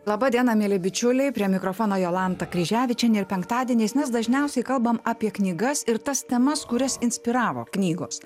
laba diena mieli bičiuliai prie mikrofono jolanta kryževičienė ir penktadieniais mes dažniausiai kalbam apie knygas ir tas temas kurias inspiravo knygos